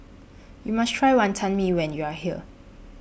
YOU must Try Wonton Mee when YOU Are here